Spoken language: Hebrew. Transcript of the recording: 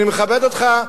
אני מכבד אותך,